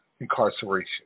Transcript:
incarceration